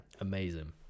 Amazing